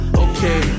okay